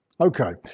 Okay